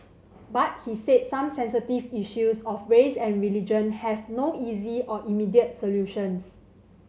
but he said some sensitive issues of race and religion have no easy or immediate solutions